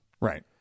Right